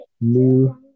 new